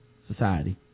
society